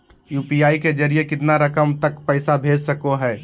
UPI के जरिए कितना रकम तक पैसा भेज सको है?